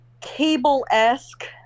cable-esque